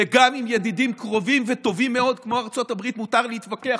וגם עם ידידים קרובים וטובים מאוד כמו ארצות הברית מותר להתווכח